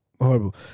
Horrible